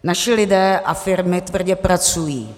Naši lidé a firmy tvrdě pracují.